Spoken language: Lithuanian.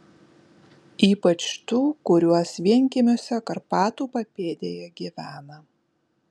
ypač tų kurios vienkiemiuose karpatų papėdėje gyvena